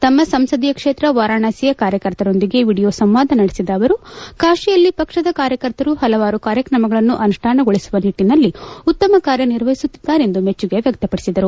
ತಮ್ನ ಸಂಸದೀಯ ಕ್ಷೇತ್ರ ವಾರಣಾಸಿಯ ಕಾರ್ಯಕರ್ತರೊಂದಿಗೆ ವಿಡಿಯೋ ಸಂವಾದ ನಡೆಸಿದ ಅವರು ಕಾಶಿಯಲ್ಲಿ ಪಕ್ಷದ ಕಾರ್ಯಕರ್ತರು ಪಲವಾರು ಕಾರ್ಯಕ್ರಮಗಳನ್ನು ಅನುಷ್ಠಾನಗೊಳಿಸುವ ನಿಟ್ಲಿನಲ್ಲಿ ಉತ್ತಮ ಕಾರ್ಯನಿರ್ವಹಿಸುತ್ತಿದ್ದಾರೆ ಎಂದು ಮೆಚ್ಚುಗೆ ವ್ಯಕ್ತಪಡಿಸಿದರು